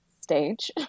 stage